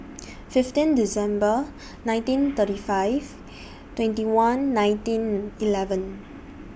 fifteen December nineteen thirty five twenty one nineteen eleven